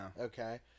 Okay